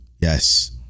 Yes